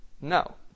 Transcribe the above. No